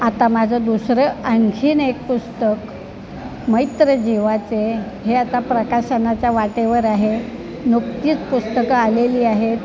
आता माझं दुसरं आणखीन एक पुस्तक मैत्रजीवाचे हे आता प्रकाशनाच्या वाटेवर आहे नुकतीच पुस्तकं आलेली आहेत